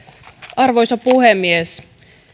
arvoisa puhemies